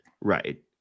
right